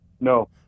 No